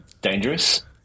dangerous